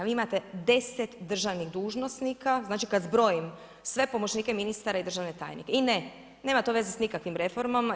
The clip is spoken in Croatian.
Vi imate 10 državnih dužnosnika, znači kad zbrojim sve pomoćnike ministara i državne tajnike, i ne, nema to veze s nikakvim reformama.